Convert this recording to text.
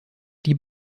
die